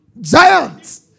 Giants